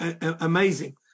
amazing